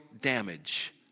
damage